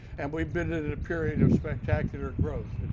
and but we've been in a period of spectacular growth.